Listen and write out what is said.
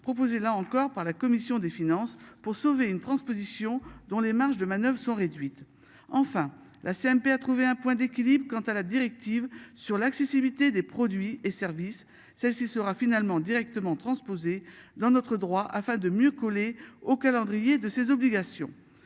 proposé là encore par la commission des finances pour sauver une transposition dont les marges de manoeuvre sont réduites. Enfin la CMP a trouvé un point d'équilibre. Quant à la directive sur l'accessibilité des produits et services. Celle-ci sera finalement directement transposer dans notre droit, afin de mieux coller au calendrier de ses obligations.